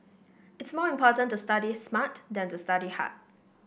it's more important to study smart than to study hard